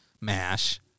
MASH